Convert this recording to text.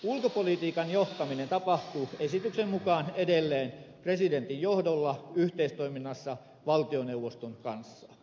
ulkopolitiikan johtaminen tapahtuu esityksen mukaan edelleen presidentin johdolla yhteistoiminnassa valtioneuvoston kanssa